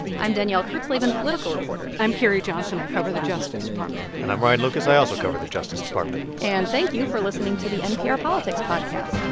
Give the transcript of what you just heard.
i'm danielle kurtzleben, political reporter i'm carrie johnson. i cover the justice department and i'm ryan lucas. i also cover the justice department and thank you for listening to the npr politics podcast